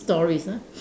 stories ah